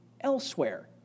elsewhere